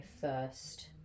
first